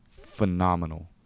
phenomenal